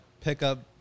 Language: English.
pickup